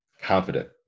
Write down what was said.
confident